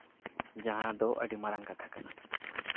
ᱡᱟᱦᱟᱸ ᱫᱚ ᱟᱹᱰᱤ ᱢᱟᱨᱟᱝ ᱠᱟᱛᱷᱟ ᱠᱟᱱᱟ